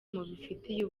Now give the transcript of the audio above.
mubifitiye